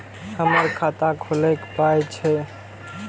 हमर खाता खौलैक पाय छै